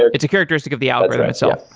it's a characteristic of the algorithm itself.